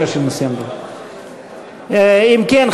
אם כן,